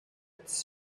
its